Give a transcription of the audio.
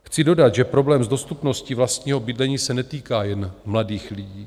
Chci dodat, že problém s dostupností vlastního bydlení se netýká jen mladých lidí.